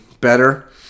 better